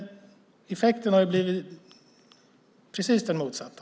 Effekten har ju blivit precis den motsatta.